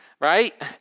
Right